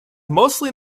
mostly